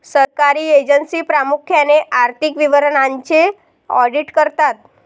सरकारी एजन्सी प्रामुख्याने आर्थिक विवरणांचे ऑडिट करतात